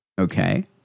okay